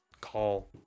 call